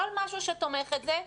לא על משהו שתומך את זה,